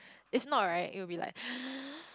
if not right you will be like